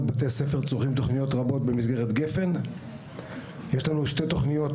בתי ספר צורכים תכניות רבות במסגרת גפ"ן; יש לנו תכניות